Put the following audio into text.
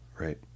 Right